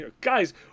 Guys